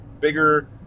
bigger